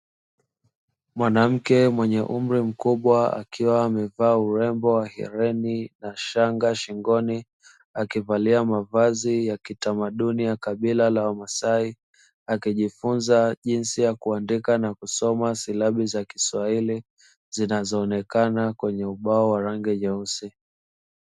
Mwanamke mwenye umri mkubwa akiwa amevaa urembo wa hereni na shanga shingoni, akivalia mavazi ya kitamaduni ya kabila la wamasai, akijifunza jinsi ya kuandika na kusoma silabi za kiswahili, zinazoonekana kwenye ubao wa rangi nyeusi.